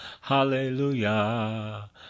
Hallelujah